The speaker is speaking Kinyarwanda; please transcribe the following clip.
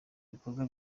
bikorwa